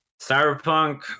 cyberpunk